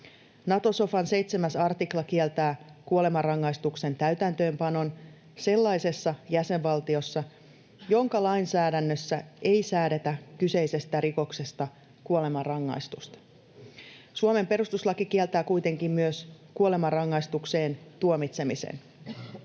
Nato-sofan 7 artikla kieltää kuolemanrangaistuksen täytäntöönpanon sellaisessa jäsenvaltiossa, jonka lainsäädännössä ei säädetä kyseisestä rikoksesta kuolemanrangaistusta. Suomen perustuslaki kieltää kuitenkin myös kuolemanrangaistukseen tuomitsemisen.